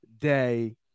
day